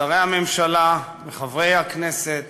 שרי הממשלה וחברי הכנסת